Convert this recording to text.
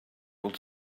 will